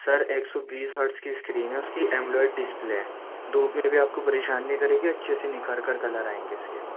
سر ایک سو بیس ہٹز کی اسکرین ہے اُس کی ایمولائڈ ڈسپلے ہے دُھوپ میں بھی آپ کو پریشان نہیں کرے گی اچھے سے نکھر کر کلر آئیں گے اِس کے